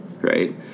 right